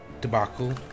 debacle